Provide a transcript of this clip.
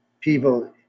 people